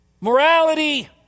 morality